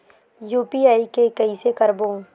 UPI के कइसे करबो?